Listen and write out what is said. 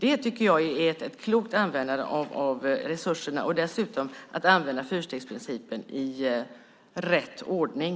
Det tycker jag är ett klokt användande av resurserna och dessutom att använda fyrstegsprincipen i rätt ordning.